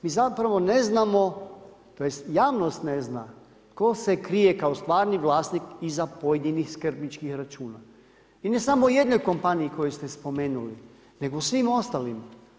Mi zapravo ne znamo, tj. javnost ne zna tko se krije kao stvarni vlasnik iza pojedinih skrbničkih računa i ne samo jedne kompanije koju ste spomenuli, nego svim ostalima.